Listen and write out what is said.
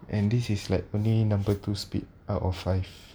and this is like only number two speed out of five